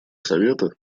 совета